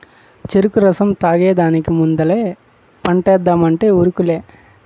చెరుకు రసం తాగేదానికి ముందలే పంటేద్దామంటే ఉరుకులే